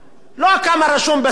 לא כמה רשום בספר.